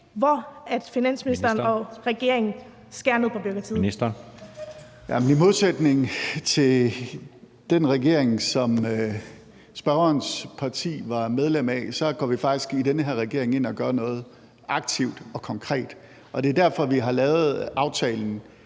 13:15 Finansministeren (Nicolai Wammen): Jamen i modsætning til den regering, som spørgerens parti var medlem af, så går vi faktisk i den her regering ind og gør noget aktivt og konkret. Det er derfor, vi har lavet aftalen